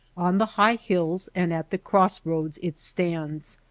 on the high hills and at the cross-roads it stands,